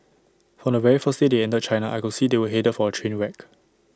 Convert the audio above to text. from the very first day they entered China I could see they were headed for A train wreck